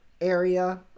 area